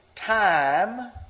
time